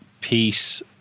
peace